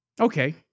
Okay